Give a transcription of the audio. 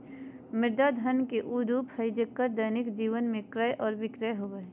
मुद्रा धन के उ रूप हइ जेक्कर दैनिक जीवन में क्रय और विक्रय होबो हइ